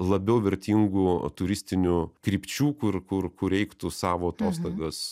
labiau vertingų turistinių krypčių kur kur kur reiktų savo atostogas